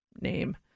name